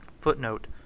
Footnote